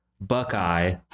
Buckeye